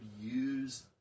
use